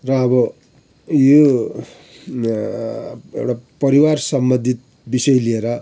र अब यो एउटा परिवार सम्बन्धित विषय लिएर